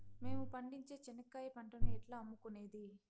మేము పండించే చెనక్కాయ పంటను ఎట్లా అమ్ముకునేది?